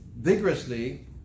vigorously